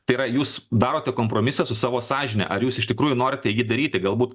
tai yra jūs darote kompromisą su savo sąžine ar jūs iš tikrųjų norite jį daryti galbūt